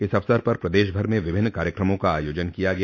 इस अवसर पर प्रदेश भर में विभिन्न कार्यक्रमों का आयोजन किया गया